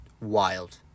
wild